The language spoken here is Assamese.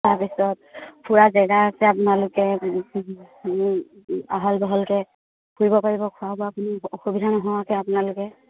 তাৰপিছত ফুৰা জেগা আছে আপোনালোকে আহল বহলকৈ ফুৰিব পাৰিব খোৱা বোৱা আপুনি অসুবিধা নোহোৱাকৈ আপোনালোকে